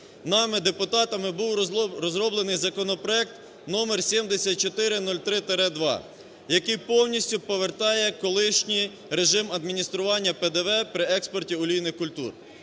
нами депутатами був розроблений законопроект № 7403-2, який повністю повертає колишній режим адміністрування ПДВ при експорті олійних культур.